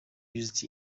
used